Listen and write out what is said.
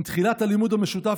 עם תחילת הלימוד המשותף,